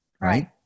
right